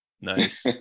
Nice